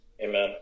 Amen